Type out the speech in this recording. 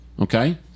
Okay